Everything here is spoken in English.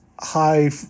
high